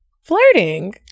Flirting